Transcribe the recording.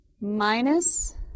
minus